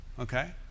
Okay